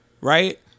right